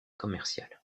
commerciales